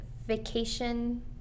vacation